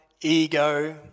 ego